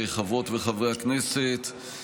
חברות וחברי הכנסת,